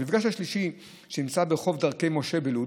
המפגש השלישי, שנמצא ברחוב דרכי משה בלוד,